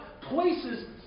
places